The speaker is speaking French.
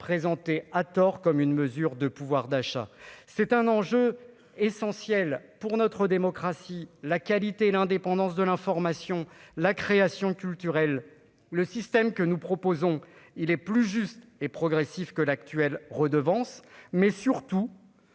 présenté à tort comme une mesure de pouvoir d'achat, c'est un enjeu essentiel pour notre démocratie, la qualité, l'indépendance de l'information, la création culturelle, le système que nous proposons, il est plus juste et progressif que l'actuelle redevance mais surtout.